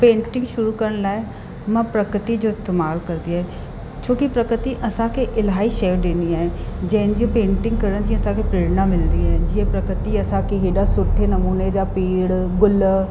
painting शुरू करण लाइ मां प्रकृति जो इस्तमाल करदी आहियां छोकि प्रकृति असांखे इलाही इ ॾींदी आहिन जंहिंजी पेंटिंग करण जी असांखे प्रेरण मिलदी आहिनि जीअं प्रकृति असांखे एॾा नमुने जा पेड़ गुल